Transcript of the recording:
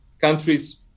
countries